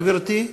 גברתי.